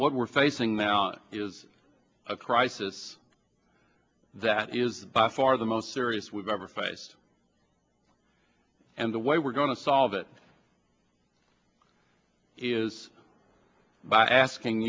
what we're facing now is a crisis that is by far the most serious we've ever faced and the way we're going to solve it is by asking